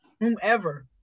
whomever